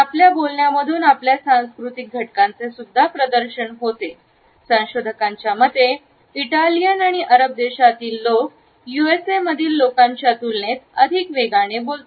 आपल्या बोलल्या मधून आपल्या सांस्कृतिक घटकांचे सुद्धा प्रदर्शन होते संशोधकांच्या मते इटालियन आणि अरब देशातील लोक यु एस ए मधील लोकांच्या तुलनेत अधिक वेगाने बोलतात